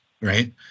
right